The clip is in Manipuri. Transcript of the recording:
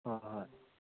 ꯍꯣꯏ ꯍꯣꯏ